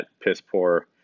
piss-poor